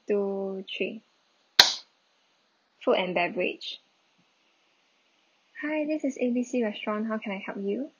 two three food and beverage hi this is A B C restaurant how can I help you